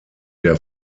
der